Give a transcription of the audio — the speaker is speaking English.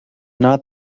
not